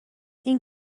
این